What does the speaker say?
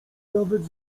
nawet